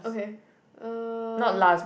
okay uh